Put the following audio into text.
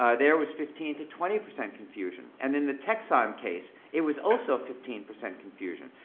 ah there was fifteen to twenty percent confusion. and in the texon case, it was also fifteen percent confusion.